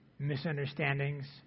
misunderstandings